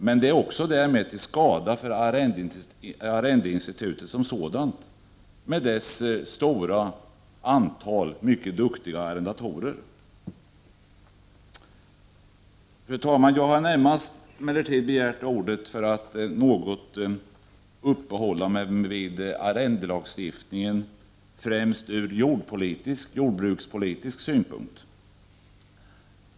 Därmed är det också till skada för arrendeinstitutet som sådant med dess stora antal duktiga arrendatorer. Fru talman! Jag har emellertid närmast begärt ordet för att något uppehålla mig vid arrendelagstiftningen främst ur jordbrukspolitisk synpunkt.